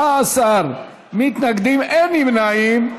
14 מתנגדים, אין נמנעים.